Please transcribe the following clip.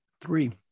three